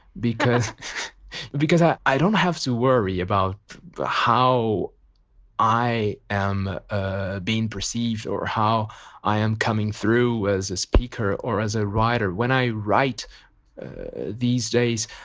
because because i i don't have to worry about how i am ah being perceived or how i am coming through as a speaker or as a writer. when i write these days,